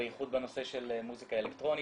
בייחוד בנושא של מוזיקה אלקטרונית.